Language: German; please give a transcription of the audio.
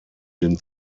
den